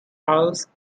tiles